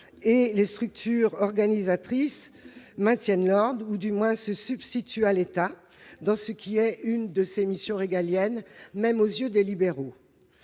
et les structures organisatrices maintiennent l'ordre ou se substituent à l'État pour ce qui concerne l'une de ses missions régaliennes, même aux yeux des libéraux